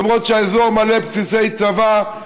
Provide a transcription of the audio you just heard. למרות שהאזור מלא בסיסי צבא,